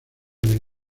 del